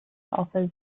offers